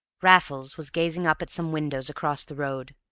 raffles was gazing up at some windows across the road,